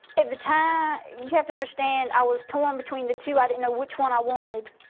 at the time you have to understand, i was torn between the two. i didn't know which one i wanted.